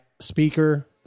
speaker